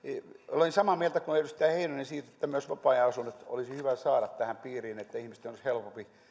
olen samaa mieltä kuin edustaja heinonen siitä että myös vapaa ajanasunnot olisi hyvä saada tämän piiriin että ihmisten olisi helpompi